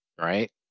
right